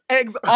Eggs